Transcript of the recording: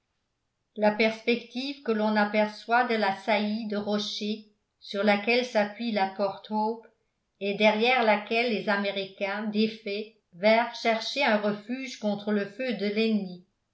la perspective que l'on aperçoit de la saillie de rocher sur laquelle s'appuie la porte hope et derrière laquelle les américains défaits vinrent chercher un refuge contre le feu de l'ennemi